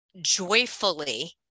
joyfully